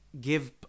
give